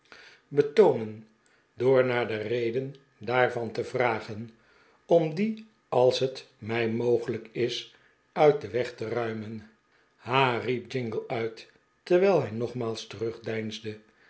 betoonen door naar de reden daarvan te vragen om die als het mij mogelijk is uit den weg te ruimen ha riep jingle uit terwijl hij nogmaals terugdeinsde